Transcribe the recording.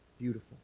beautiful